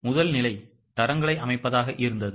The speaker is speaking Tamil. முதல் நிலை தரங்களை அமைப்பதாக இருந்தது